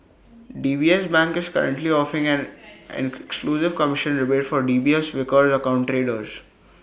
D B S bank is currently offering an an exclusive commission rebate for D B S Vickers account traders